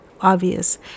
obvious